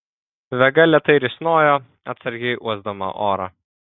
vega lėtai risnojo atsargiai uosdama orą